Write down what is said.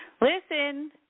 Listen